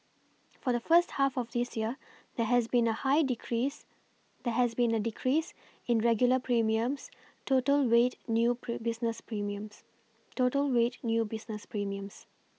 for the first half of this year there has been a high decrease there has been a decrease in regular premiums total weighed new business premiums total weighed new business premiums